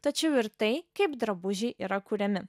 tačiau ir tai kaip drabužiai yra kuriami